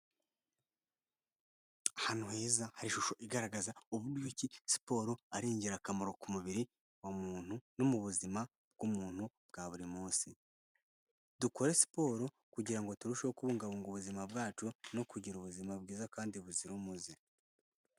Ahantu heza hari ishusho igaragaza uburyo ki siporo ari ingirakamaro ku mubiri wa muntu no mu buzima bw'umuntu bwa buri munsi dukore siporo kugira ngo turusheho kubungabunga ubuzima bwacu no kugira ubuzima bwiza kandi buzira umuze.